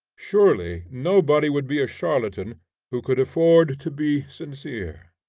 surely nobody would be a charlatan who could afford to be sincere.